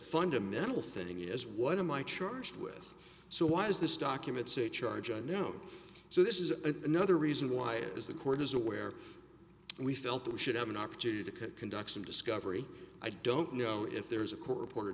fundamental thing is one of my charged with so why is this document so charge i know so this is a another reason why is the court is aware we felt that we should have an opportunity to conduct some discovery i don't know if there is a court reporter